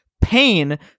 pain